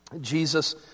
Jesus